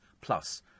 plus